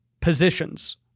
positions